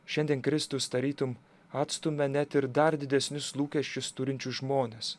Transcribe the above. šiandien kristus tarytum atstumia net ir dar didesnius lūkesčius turinčius žmones